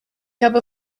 habe